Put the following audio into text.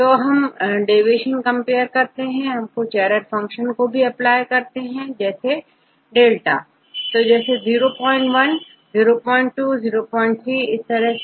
तो यहां हम डेविएशन कंपेयर करेंगे हम कुछ एरर फंक्शन को को भी अप्लाई करते हैं δ जैसे 01 या 02 0 3 इसी तरह से